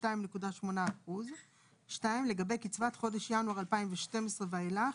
2.8%; לגבי קצבת חודש ינואר 2012 ואילך